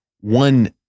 one